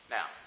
Now